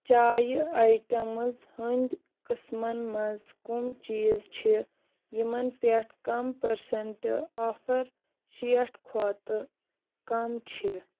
چایہِ آیٹمٕز ہٕنٛدۍ قٕسٕمن مَنٛز کٕم چیٖز چھِ یِمَن پٮ۪ٹھ کم پٔرسنٛٹہٕ آفر شیٹھ کھۄتہٕ کَم چھِ